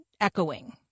echoing